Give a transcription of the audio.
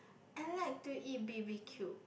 I like to eat B_B_Q